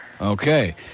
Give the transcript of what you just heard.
Okay